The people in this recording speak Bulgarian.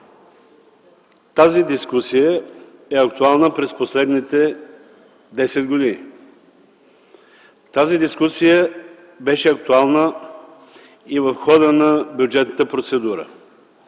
Тази дискусия е актуална през последните 10 години. Тази дискусия беше актуална и в хода на бюджетната процедура.